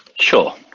Sure